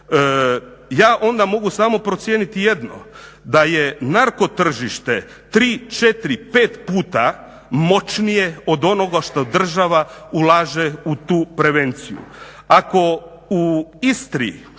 Ja onda mogu samo procijeniti jedno, da je narko tržište 3, 4, 5 puta moćnije od onoga što država ulaže u tu prevenciju.